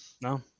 No